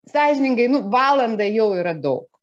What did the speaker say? sąžiningai nu valanda jau yra daug